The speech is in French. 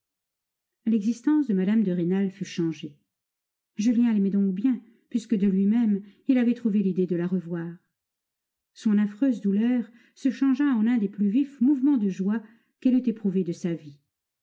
l'existence de mme de rênal fut changée julien l'aimait donc bien puisque de lui-même il avait trouvé l'idée de la revoir son affreuse douleur se changea en un des plus vifs mouvements de joie qu'elle eût éprouvés de sa vie